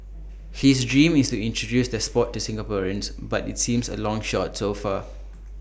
his dream is to introduce the Sport to Singaporeans but IT seems A long shot so far